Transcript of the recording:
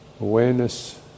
Awareness